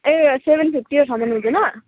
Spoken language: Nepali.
ए सेभेन फिफ्टी एट हन्ड्रेडमा हुँदैन